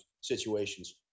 situations